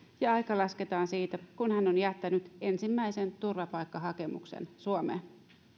ja aika lasketaan siitä kun hän on jättänyt ensimmäisen turvapaikkahakemuksen suomeen